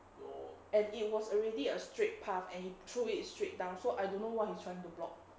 and it was already a straight path and he threw it straight down so I don't know what he's trying to block